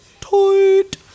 tight